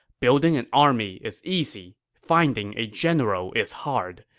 building an army is easy finding a general is hard.